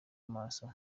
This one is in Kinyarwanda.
maso